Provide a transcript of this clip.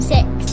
Six